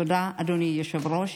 תודה, אדוני היושב-ראש.